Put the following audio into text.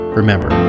remember